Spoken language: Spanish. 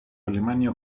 alemania